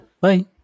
Bye